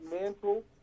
mantle